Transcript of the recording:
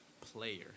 player